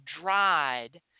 dried